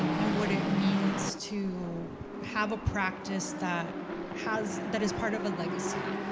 um and what it means to have a practice that has, that is part of a legacy,